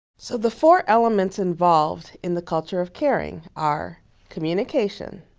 so the four elements involved in the culture of caring are communication,